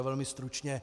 Velmi stručně.